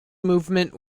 movement